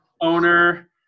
owner